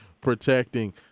protecting